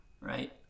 right